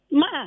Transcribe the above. ma